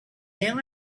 now